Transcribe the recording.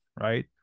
right